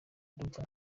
ndumva